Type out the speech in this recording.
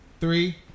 Three